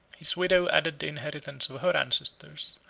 his widow added the inheritance of her ancestors,